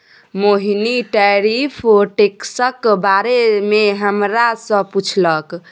मोहिनी tariff टैक्सक बारे मे हमरा सँ पुछलक